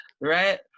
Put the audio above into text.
Right